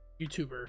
youtuber